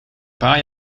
paar